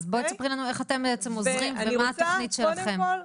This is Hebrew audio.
אז תספרי לנו איך אתם עוזרים ומה התוכנית שלכם.